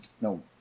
No